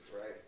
right